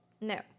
no